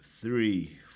three